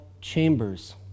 Chambers